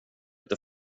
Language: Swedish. inte